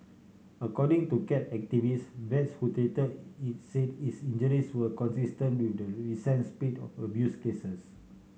according to cat activists vets who treated it said its injuries were consistent with the recent spate of of abuse cases